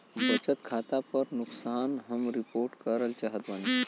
बचत खाता पर नुकसान हम रिपोर्ट करल चाहत बाटी